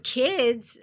kids